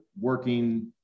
working